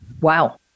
Wow